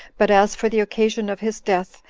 but as for the occasion of his death,